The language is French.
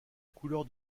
couleur